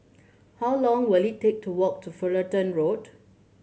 how long will it take to walk to Fullerton Road